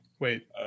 Wait